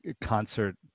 concert